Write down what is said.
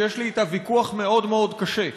שיש לי איתה ויכוח מאוד מאוד קשה: